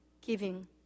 giving